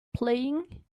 playing